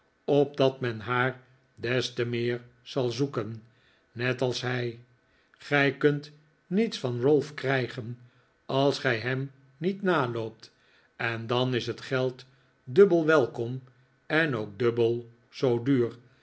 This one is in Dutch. opdat men haar des te meer zai zoeken net als hij gij kunt niets van ralph krijgen als gij hem niet naloopt en dan is het geld dubbel welkom en ook dubbel zoo duur